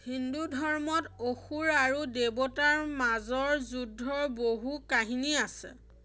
হিন্দুধৰ্মত অসুৰ আৰু দেৱতাৰ মাজৰ যুদ্ধৰ বহু কাহিনী আছে